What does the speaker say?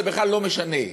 זה בכלל לא משנה.